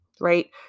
right